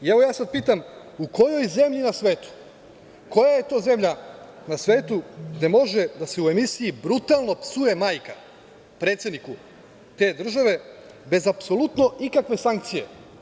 Ja sada pitam – u kojoj zemlji na svetu, koja je to zemlja na svetu gde može da se u emisiji brutalno psuje majka predsedniku te države, bez apsolutno ikakve sankcije.